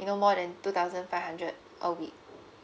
you know more than two thousand five hundred a week